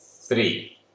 three